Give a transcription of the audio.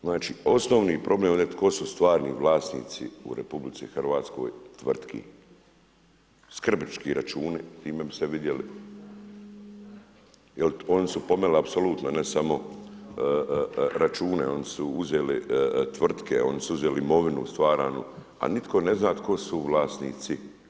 Znači osnovni problem ovdje tko su stvarni vlasnici u RH, tvrtki, skrbnički računi, time bi se vidjeli, jer oni su pomeli apsolutno ne samo račune, oni su uzeli tvrtke, oni su uzeli tvrtke, oni su uzeli imovinu stvaranu a nitko ne zna tko su vlasnici.